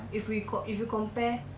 ya